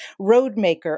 roadmaker